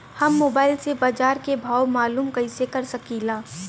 हम मोबाइल से बाजार के भाव मालूम कइसे कर सकीला?